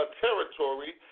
territory